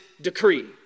decree